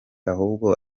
ahubwo